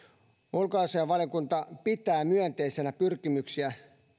ulkoasiainvaliokunta pitää myönteisinä pyrkimyksiä